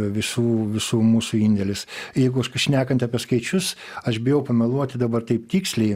visų visų mūsų indėlis jeigu šnekant apie skaičius aš bijau pameluoti dabar taip tiksliai